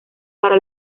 para